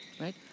right